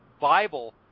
Bible